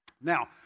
Now